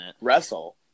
wrestle